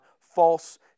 false